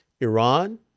Iran